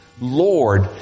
Lord